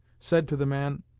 said to the man,